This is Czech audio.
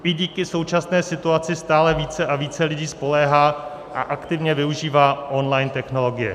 I díky současné situaci stále více a více lidí spoléhá a aktivně využívá online technologie.